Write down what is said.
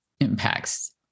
impacts